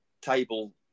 table